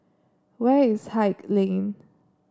where is Haig Lane